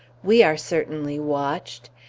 we are certainly watched.